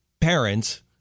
parents